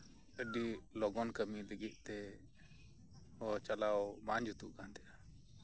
ᱟᱹᱰᱤ ᱞᱚᱜᱚᱱ ᱠᱟᱹᱢᱤ ᱞᱟᱹᱜᱤᱫ ᱛᱮ ᱦᱚᱨᱛᱮ ᱪᱟᱞᱟᱣ ᱵᱟᱝ ᱡᱩᱛᱩᱜ ᱠᱟᱱ ᱛᱟᱸᱦᱮᱱ